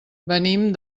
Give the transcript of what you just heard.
venim